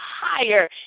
higher